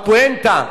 הפואנטה,